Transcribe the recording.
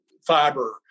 fiber